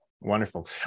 Wonderful